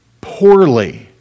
Poorly